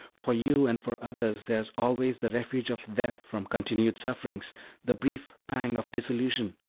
for you and for others there is always the refuge of death from continued sufferings the brief pang of dissolution,